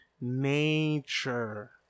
Nature